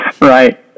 Right